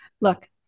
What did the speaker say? Look